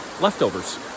leftovers